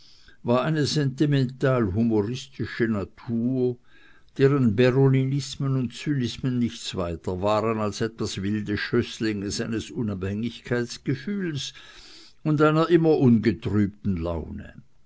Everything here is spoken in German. war eine sentimental humoristische natur deren berolinismen und zynismen nichts weiter waren als etwas wilde schößlinge seines unabhängigkeitsgefühls und einer immer ungetrübten laune